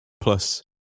plus